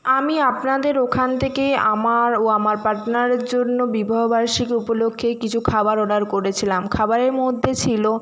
আমি আপনাদের ওখান থেকেই আমার ও আমার পার্টনারের জন্য বিবাহ বার্ষিকী উপলক্ষে কিছু খাবার অর্ডার করেছিলাম খাবারের মধ্যে ছিল